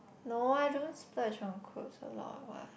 no I don't splurge on clothes a lot what